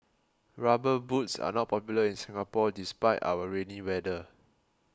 rubber boots are not popular in Singapore despite our rainy weather